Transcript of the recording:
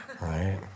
right